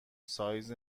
سایز